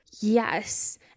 Yes